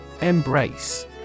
Embrace